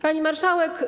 Pani Marszałek!